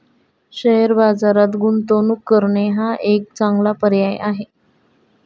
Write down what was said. share बाजारात गुंतवणूक करणे हा एक चांगला पर्याय आहे